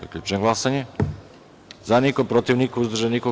Zaključujem glasanje: za – niko, protiv – niko, uzdržanih – nema.